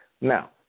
Now